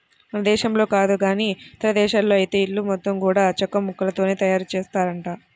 మన దేశంలో కాదు గానీ ఇదేశాల్లో ఐతే ఇల్లు మొత్తం గూడా చెక్కముక్కలతోనే తయారుజేత్తారంట